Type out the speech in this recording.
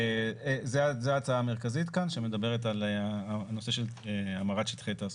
זו ההצעה המרכזית כאן שמדברת על המרת שטחי תעסוקה.